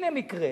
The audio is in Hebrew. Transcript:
הנה מקרה